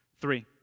Three